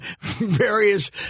various